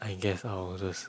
I guess I'll just